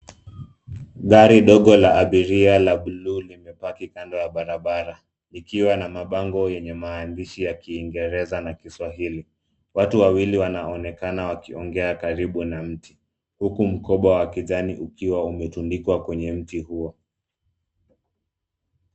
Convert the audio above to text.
Gari ndogo la abiria la buluu limepaki kando ya barabara likiwa na mabango yenye maandishi ya kiingereza na kiswahili. Watu wawili wanaonekana wakiongea karibu na mti huku mkoba wa kijani ukiwa umetundikwa kwenye mti huo.